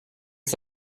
que